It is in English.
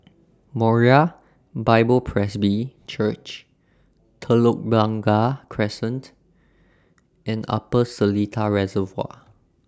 Moriah Bible Presby Church Telok Blangah Crescent and Upper Seletar Reservoir